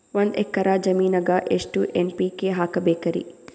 ಒಂದ್ ಎಕ್ಕರ ಜಮೀನಗ ಎಷ್ಟು ಎನ್.ಪಿ.ಕೆ ಹಾಕಬೇಕರಿ?